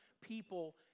people